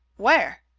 where?